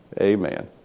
Amen